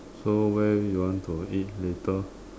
so where do you want to eat later